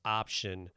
option